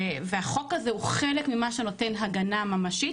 והחוק הזה הוא חלק ממה שנותן הגנה ממשית.